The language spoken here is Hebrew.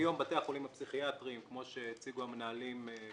כמו שהציגו המנהלים,